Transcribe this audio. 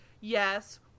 Yes